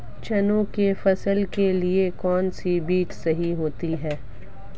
चने की फसल के लिए कौनसा बीज सही होता है?